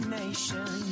nation